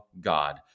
God